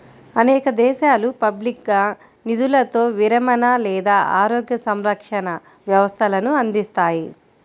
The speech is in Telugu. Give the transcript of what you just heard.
అనేక దేశాలు పబ్లిక్గా నిధులతో విరమణ లేదా ఆరోగ్య సంరక్షణ వ్యవస్థలను అందిస్తాయి